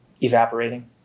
evaporating